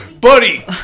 buddy